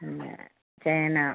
പിന്നെ ചേന